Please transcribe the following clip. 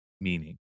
meaning